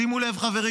שימו לב, חברים: